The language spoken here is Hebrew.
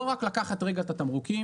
לא רק לקחת רגע את התמרוקים,